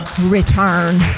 return